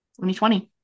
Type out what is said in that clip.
2020